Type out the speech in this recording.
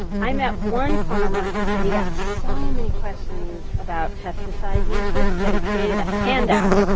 i met one farmer who said he got so many questions about pesticide usage that he created a handout.